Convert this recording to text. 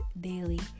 daily